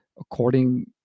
according